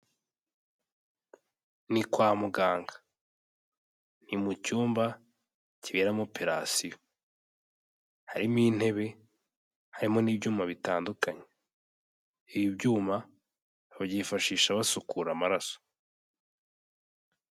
Ni kwa muganga, ni mu cyumba kiberamo operation, harimo intebe, harimo n'ibyuma bitandukanye, ibi byuma babyifashisha basukura amaraso.